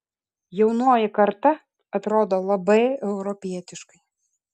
jaunoji karta atrodo labai europietiškai